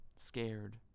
scared